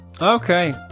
Okay